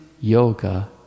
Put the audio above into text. yoga